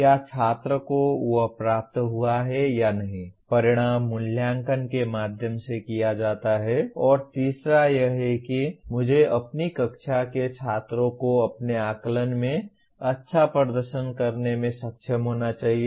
क्या छात्र को वह प्राप्त हुआ है या नहीं परिणाम मूल्यांकन के माध्यम से किया जाता है और तीसरा यह है कि मुझे अपनी कक्षा के छात्रों को अपने आकलन में अच्छा प्रदर्शन करने में सक्षम होना चाहिए